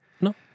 No